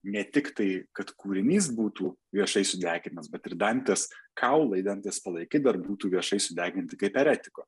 ne tik tai kad kūrinys būtų viešai sudegintamas bet ir dantės kaulai dantės palaikai dar būtų viešai sudeginti kaip eretiko